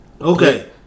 Okay